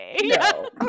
No